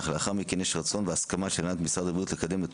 אך לאחר מכן יש רצון והסכמה של הנהלת משרד הבריאות לקדם את